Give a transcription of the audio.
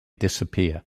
disappear